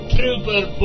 Trooper